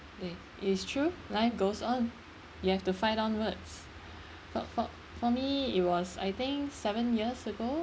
that is true life goes on you have to fight onwards for for for me it was I think seven years ago